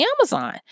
Amazon